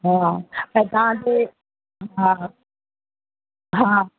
हा ऐं तव्हांखे हा हा